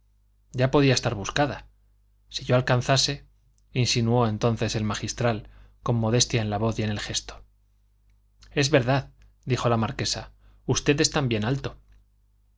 ya podía estar buscada si yo alcanzase insinuó entonces el magistral con modestia en la voz y en el gesto es verdad dijo la marquesa usted es también alto